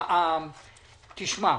תשמע,